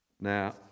Now